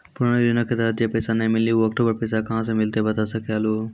पुराना योजना के तहत जे पैसा नै मिलनी ऊ अक्टूबर पैसा कहां से मिलते बता सके आलू हो?